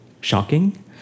shocking